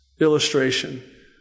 illustration